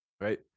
right